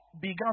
began